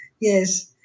yes